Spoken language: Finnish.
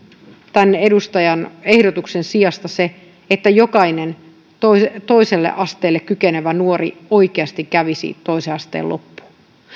edustajan ehdotuksen sijasta se että jokainen toiselle toiselle asteelle kykenevä nuori oikeasti kävisi toisen asteen loppuun